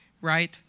right